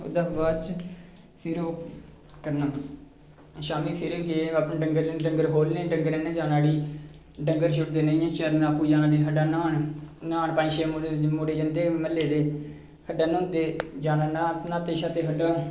ओह्दे बाद च फिर ओह् करना शामीं फिर गे अपने डंगर डंगर खोलने डंग्गरें नै जाना उठी डंगर छोड़ी देने इयां चरन आपूं जाना उठी खड्ढा न्हान न्हान पंज छे मुड़े जंदे हे म्हल्ले दे खड्ढै न्होंदे जाना न्हान न्हाते शाते खड्ढा